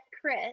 Chris